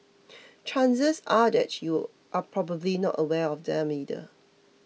chances are that you're probably not aware of them either